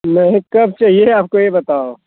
नहीं कब चाहिये आपको ये बताओ